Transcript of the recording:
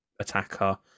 attacker